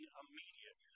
immediate